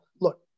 look